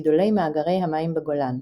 מגדולי מאגרי המים בגולן.